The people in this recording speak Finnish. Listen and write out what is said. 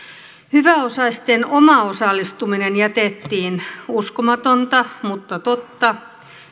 hyväosaisten oma osallistuminen jätettiin uskomatonta mutta totta